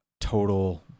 total